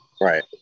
right